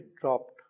dropped